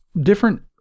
different